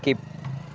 skip